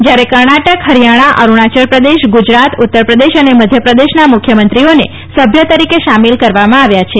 જયારે કર્ણાટક હરિયાણા અરૂણાચલ પ્રદેશ ગુજરાત ઉત્તરપ્રદેશ અને મધ્યપ્રદેશના મુખ્યમંત્રીઓને સભ્ય તરીકે સામેલ કરવામાં આવ્યા છે